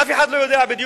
אף אחד לא יודע בדיוק